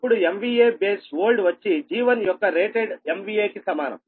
ఇప్పుడు Bold వచ్చి G1 యొక్క రేటెడ్ MVA కి సమానం